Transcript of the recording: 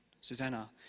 Susanna